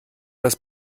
das